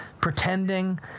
pretending